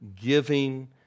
giving